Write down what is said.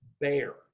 Bear